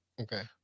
okay